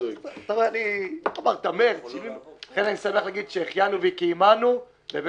אני שמח להגיע שהחיינו וקיימנו על